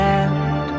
end